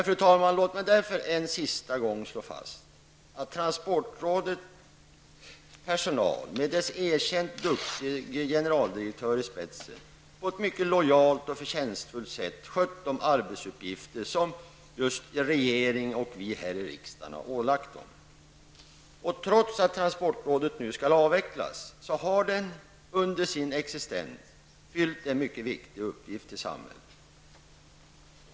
Låt mig därför, fru talman, en sista gång slå fast att transportrådets personal med dess erkänt duktige generaldirektör i spetsen på ett mycket lojalt och förtjänstfullt sätt skött de arbetsuppgifter som regering och riksdag har ålagt dem. Trots att transportrådet nu skall avvecklas har det under sin existens fyllt en mycket viktig uppgift i samhället.